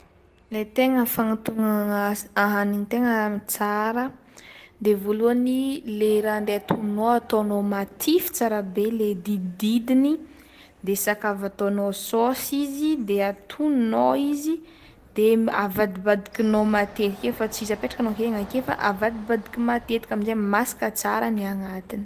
Lay tegna fanatonognana hanigny tegna tsara de voalohany le raha andeha atononao ataonao matify tsara be le didididiny de sakavy ataonao saosy izy de atononao izy de avadibadikinao matetika fa ts'izy apetrakanao ake fa avadibadiky matetika amizay masaka tsara ny agnatiny.